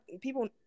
people